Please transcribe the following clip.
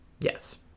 Yes